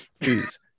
please